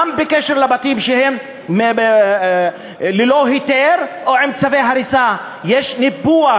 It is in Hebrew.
גם בקשר לבתים שהם ללא היתר או עם צווי הריסה יש ניפוח.